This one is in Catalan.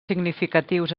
significatius